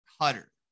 cutter